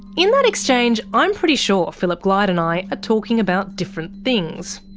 in that exchange, i'm pretty sure phillip glyde and i are talking about different things.